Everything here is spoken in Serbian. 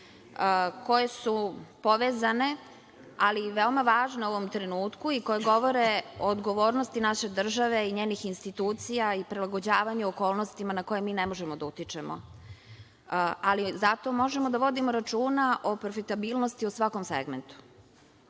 koje su povezane, ali i veoma važne u ovom trenutku i koje govore o odgovornosti naše države i njenih institucija i prilagođavanju okolnostima na koje mi ne možemo da utičemo. Ali, zato možemo da vodimo računa o profitabilnosti u svakom segmentu. Sistem